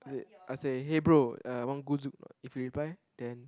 is it I say hey bro uh want go Zouk or not if he reply then